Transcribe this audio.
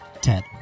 Ted